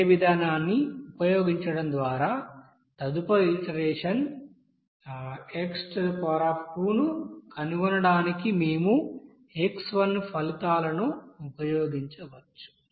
అదే విధానాన్ని ఉపయోగించడం ద్వారా తదుపరి ఇటెరేషన్ x ను కనుగొనడానికి మేము x ఫలితాలను ఉపయోగించవచ్చు